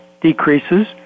decreases